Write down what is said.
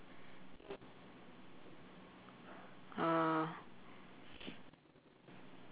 uh